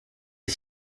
est